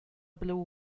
blue